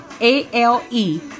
A-L-E